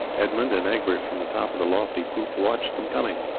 edmund and egbert from the top of the lofty poop watched them coming.